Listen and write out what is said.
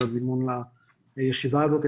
על הדיון והישיבה הזאת.